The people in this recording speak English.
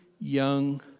young